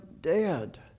dead